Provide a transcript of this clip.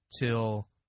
till –